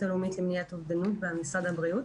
הלאומית למניעת אובדנות במשרד הבריאות.